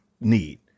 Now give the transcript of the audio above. need